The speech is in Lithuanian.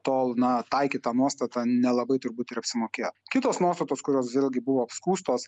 tol na taikyt tą nuostatą nelabai turbūt ir apsimokėjo kitos nuostatos kurios vėlgi buvo apskųstos